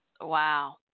wow